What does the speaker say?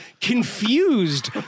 confused